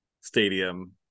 stadium